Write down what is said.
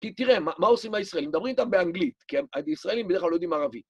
כי תראה, מה עושים הישראלים, מדברים איתם באנגלית, כי הישראלים בדרך כלל לא יודעים ערבית.